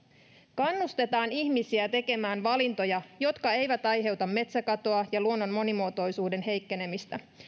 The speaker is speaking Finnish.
kannustetaan ihmisiä tekemään valintoja jotka eivät aiheuta metsäkatoa ja luonnon monimuotoisuuden heikkenemistä